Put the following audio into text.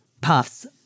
puffs